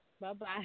Bye-bye